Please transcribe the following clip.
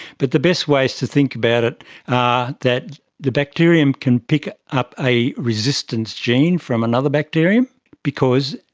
but the best ways to think about it are that the bacterium can pick up a resistance gene from another bacterium because,